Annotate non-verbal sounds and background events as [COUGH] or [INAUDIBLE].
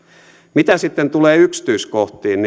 mitä sitten tulee yksityiskohtiin [UNINTELLIGIBLE]